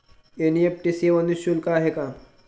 NEFT सेवा निःशुल्क आहे का?